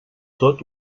tot